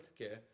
healthcare